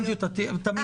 זה